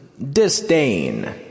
disdain